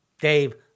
Dave